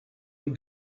were